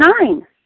nine